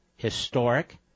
Historic